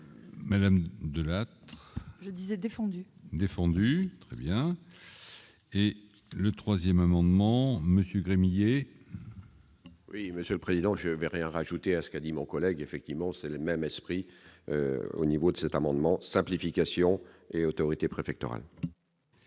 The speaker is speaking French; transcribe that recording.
Madame Delatte cette défendu, défendu très bien et le 3ème amendement monsieur Gremillet. Oui, Monsieur le Président, je vais rien rajouter à ce qu'a dit mon collègue, effectivement, c'est le même esprit, au niveau de cet amendement, simplification et autorités préfectorales.